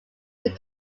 when